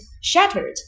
shattered